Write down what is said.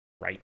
right